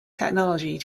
technology